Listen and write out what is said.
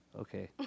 Okay